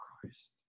Christ